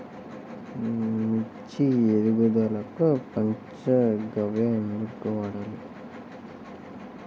మిర్చి ఎదుగుదలకు పంచ గవ్య ఎందుకు వాడాలి?